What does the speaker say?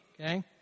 okay